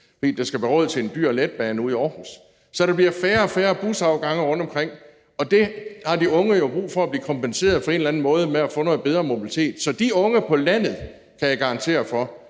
fordi der skal være råd til en dyr letbane ude i Aarhus, så der bliver færre og færre busafgange rundtomkring, og det har de unge jo brug for at blive kompenseret for på en eller anden måde ved at få noget bedre mobilitet. Så af de unge på landet, kan jeg garantere for,